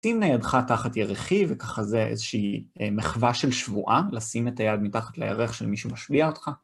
תמנה ידך תחת ירכי, וככה זה איזושהי מכווה של שבועה, לשים את היד מתחת לירך של מישהו השביע אותך.